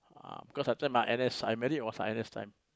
ah cause after my N_S I married was my N_S time